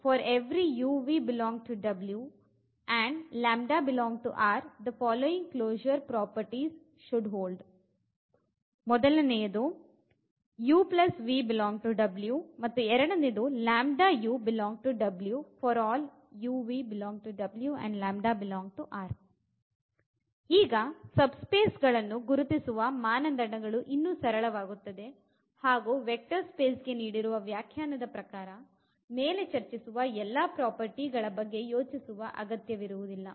For every and the following closure properties should hold •• ಈಗ subspace ಗಳನ್ನು ಗುರುತಿಸುವ ಮಾನದಂಡಗಳು ಇನ್ನು ಸರಳವಾಗುತ್ತದೆ ಹಾಗು ವೆಕ್ಟರ್ ಸ್ಪೇಸ್ ಗೆ ನೀಡಿರುವ ವ್ಯಾಖ್ಯಾನದ ಪ್ರಕಾರ ಮೇಲೆ ಚರ್ಚಿಸಿರುವ ಎಲ್ಲಾ ಪ್ರಾಪರ್ಟಿ ಗಳ ಬಗ್ಗೆ ಯೋಚಿಸುವ ಅಗತ್ಯವಿರುವುದಿಲ್ಲ